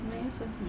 amazing